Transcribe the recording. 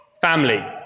family